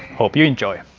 hope you enjoy!